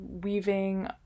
weaving